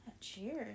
cheers